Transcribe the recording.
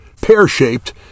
Pear-shaped